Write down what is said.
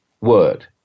word